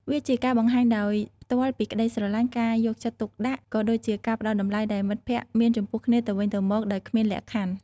វាជាការបង្ហាញដោយផ្ទាល់ពីក្តីស្រឡាញ់ ការយកចិត្តទុកដាក់ ក៏ដូចជាការផ្តល់តម្លៃដែលមិត្តភក្តិមានចំពោះគ្នាទៅវិញទៅមកដោយគ្មានលក្ខខណ្ឌ។